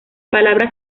palabra